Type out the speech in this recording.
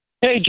Hey